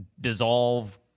dissolve